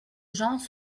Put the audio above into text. genre